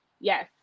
yes